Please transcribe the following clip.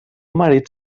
marit